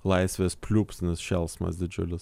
laisvės pliūpsnis šėlsmas didžiulis